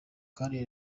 kandi